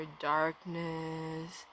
darkness